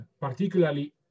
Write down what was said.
particularly